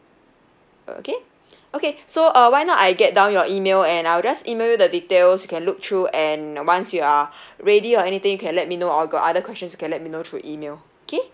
uh okay okay so uh why not I get down your email and I'll just email you the details you can look through and once you are ready or anything you can let me know or got other questions you can let me know through email okay